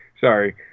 Sorry